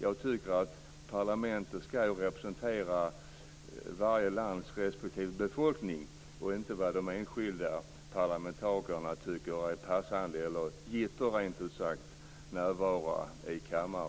Jag tycker att parlamentet skall representera varje lands respektive befolkning och inte vad de enskilda parlamentarikerna tycker är passande eller om de gitter - rent ut sagt